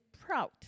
proud